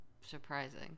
surprising